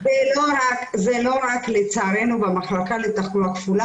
לא רוצים לקבל אנשים מעל גיל 60 כי פוחדים שייפלו.